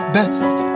best